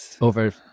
over